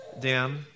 Dan